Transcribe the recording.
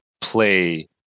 play